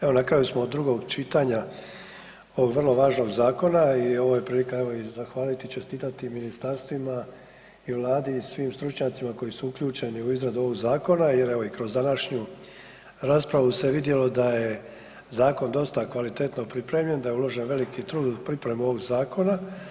Evo na kraju smo drugog čitanja ovog vrlo važnog zakona i ovo je prilika evo i zahvaliti i čestiti ministarstvima i Vladi i svim stručnjacima koji su uključeni u izradu ovog zakona jer evo i kroz današnju raspravu se vidjelo da je zakon dosta kvalitetno pripremljen, da je uložen veliki trud u pripremu ovog zakona.